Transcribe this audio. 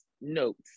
notes